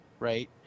right